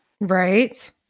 Right